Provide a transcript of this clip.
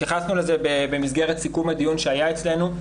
התייחסנו לזה במסגרת סיכום הדיון שהיה אצלנו.